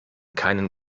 keinen